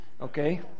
okay